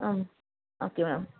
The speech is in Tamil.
ah okay ma'am